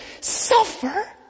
suffer